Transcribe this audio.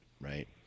Right